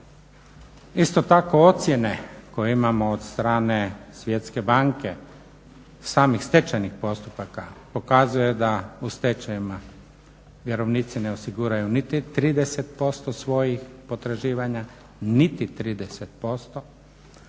Isto tako ocjene koje imamo od strane Svjetske banke samih stečajnih postupaka pokazuje da u stečajevima vjerovnici ne osiguraju niti 30% svojih potraživanja, niti 30%,